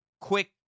Quick